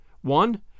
One